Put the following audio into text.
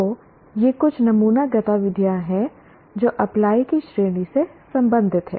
तो ये कुछ नमूना गतिविधियां हैं जो अप्लाई की श्रेणी से संबंधित हैं